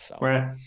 Right